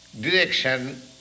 direction